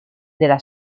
della